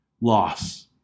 loss